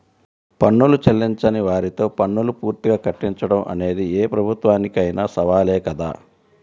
పన్నులు చెల్లించని వారితో పన్నులు పూర్తిగా కట్టించడం అనేది ఏ ప్రభుత్వానికైనా సవాలే కదా